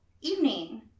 evening